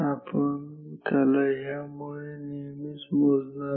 आपण त्याला ह्यामुळेच नेहमीच मोजणार नाही